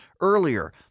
earlier